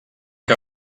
que